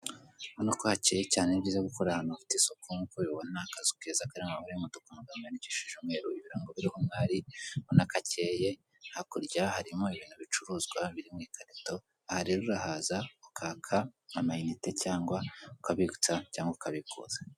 Urabona ko hakeye cyane ni byiza gukorera ahantu hafite isuku, nkuko ubibona akazu keza kariho amagambo y'umutuku amagambo yandikishije umweru ibirango biriho umwari, urabona ko akeye, hakurya harimo ibintu bicuruzwa biri mu ikarito, aha rero urahaza ukaka amayinite cyangwa ukabitsa, cyangwa ukabikuza.